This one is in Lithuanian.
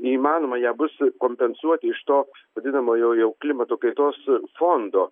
neįmanoma ją bus kompensuot iš to vadinamojo jau klimato kaitos fondo